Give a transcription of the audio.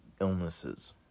illnesses